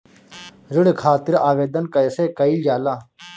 ऋण खातिर आवेदन कैसे कयील जाला?